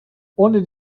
ohne